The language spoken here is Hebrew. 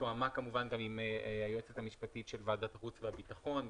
תואמה כמובן גם עם היועצת המשפטית של ועדת החוץ והביטחון.